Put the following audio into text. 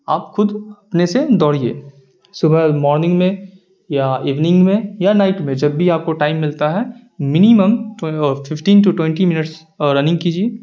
آپ خود اپنے سے دوڑیے صبح مارننگ میں یا ایوننگ میں یا نائٹ میں جب بھی آپ کو ٹائم ملتا ہے minimum fifteen to twenty minutes running کیجیے